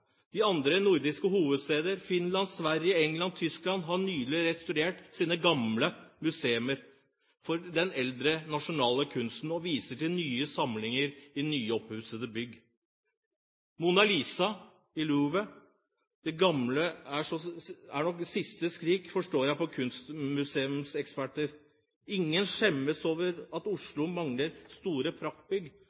De andre nordiske hovedsteder, Finland, Sverige, England, Tyskland har nylig restaurert sine gamle museer for den eldre nasjonale kunsten, og de viser nye samlinger i nyoppussede bygg. Mona Lisa i Louvre – det gamle er også siste skrik, forstår jeg på kunstmuseumseksperter. Ingen skjemmes over at Oslo mangler store praktbygg,